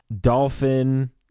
Dolphin